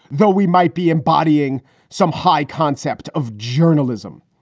though we might be embodying some high concept of journalism.